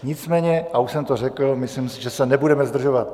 Nicméně a už jsem to řekl myslím si, že se nebudeme zdržovat.